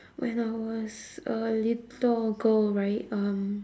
when I was a little girl right um